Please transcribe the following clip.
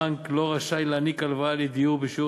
בנק לא רשאי להעניק הלוואה לדיור בשיעור